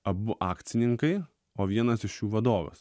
abu akcininkai o vienas iš jų vadovas